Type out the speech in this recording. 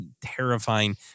terrifying